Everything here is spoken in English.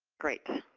great.